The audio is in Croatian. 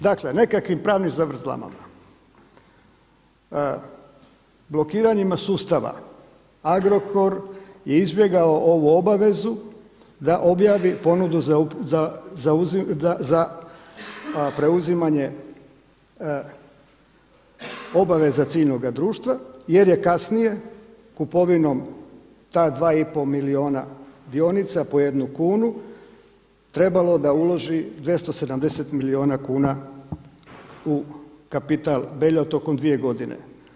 Dakle, nekakvim pravnim zavrzlamama, blokiranjima sustava Agrokor je izbjegao ovu obavezu da objavi ponudu za preuzimanje obaveza ciljnoga društva jer je kasnije kupovinom ta dva i pol milijuna dionica po jednu kunu trebao da uloži 270 milijuna kuna u kapital Belja tokom dvije godine.